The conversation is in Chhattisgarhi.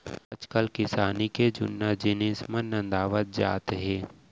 आजकाल किसानी के जुन्ना जिनिस मन नंदावत जात हें